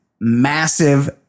massive